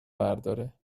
برداره